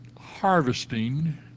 harvesting